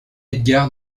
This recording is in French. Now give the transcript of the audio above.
edgar